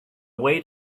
weight